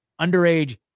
underage